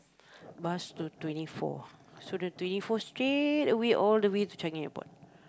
bus to twenty four so the twenty four straight away all the way to Changi-Airport